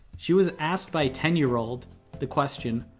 she was asked by a ten-year-old the question,